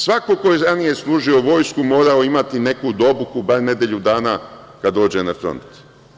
Svako ko je ranije služio vojsku morao je imati neku obuku bar nedelju dana kada dođe na front.